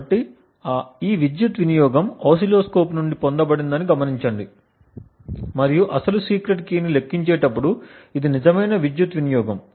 కాబట్టి ఈ విద్యుత్ వినియోగం ఓసిల్లోస్కోప్ నుండి పొందబడిందని గమనించండి మరియు అసలు సీక్రెట్ కీ ని లెక్కించేటప్పుడు ఇది నిజమైన విద్యుత్ వినియోగం